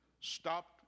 stopped